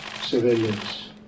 civilians